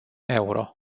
euro